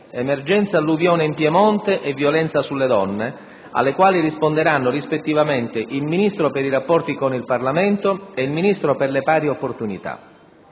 emergenza alluvione in Piemonte e violenza sulle donne, alle quali risponderanno rispettivamente il Ministro per i rapporti con il Parlamento e il Ministro per le pari opportunità.